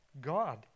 God